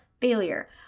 failure